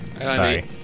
sorry